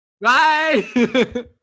Bye